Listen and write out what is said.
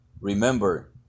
Remember